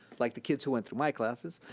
like, the kids who went through my classes.